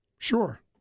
Sure